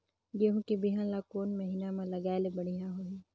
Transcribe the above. गहूं के बिहान ल कोने महीना म लगाय ले बढ़िया होही?